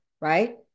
right